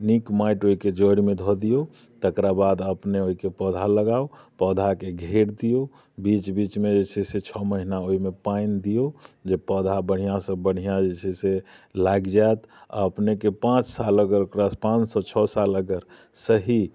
नीक माटि ओहिके जड़िमे धऽ दियौ तकराबाद अपने ओहिके पौधा लगाउ पौधाके घेर दियौ बीच बीचमे जे छै से छओ महिनामे ओहिमे पानि दियौ जे पौधा बढ़िआँसँ बढ़िआँ जे छै से लागि जायत आ अपनेके पाँच सालक अर्थात पाँचसँ छओ साल सही